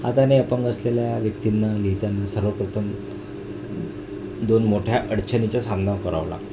हाताने अपंग असलेल्या व्यक्तींना लिहिताना सर्वप्रथम दोन मोठ्या अडचणीचा सामना करावा लागतो